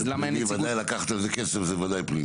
אז למה אין נציגות --- לקחת על זה כסף זה ודאי פלילי.